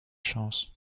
chance